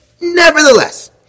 Nevertheless